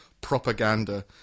propaganda